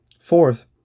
Fourth